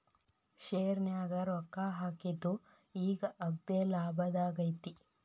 ಶೆರ್ನ್ಯಾಗ ರೊಕ್ಕಾ ಹಾಕಿದ್ದು ಈಗ್ ಅಗ್ದೇಲಾಭದಾಗೈತಿ